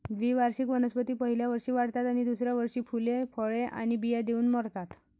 द्विवार्षिक वनस्पती पहिल्या वर्षी वाढतात आणि दुसऱ्या वर्षी फुले, फळे आणि बिया देऊन मरतात